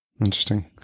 interesting